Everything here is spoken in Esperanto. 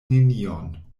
nenion